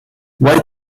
why